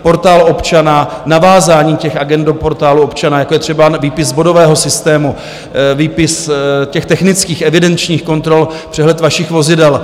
Portál občana, navázání těch agend do Portálu občana, jako je třeba výpis z bodového systému, výpis těch technických evidenčních kontrol, přehled vašich vozidel.